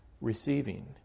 receiving